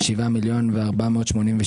מי בעד הרוויזיה?